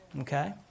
Okay